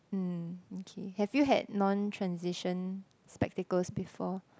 mm okay have you had non transition spectacles before